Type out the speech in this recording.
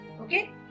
Okay